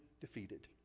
defeated